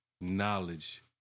knowledge